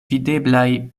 videblaj